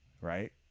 right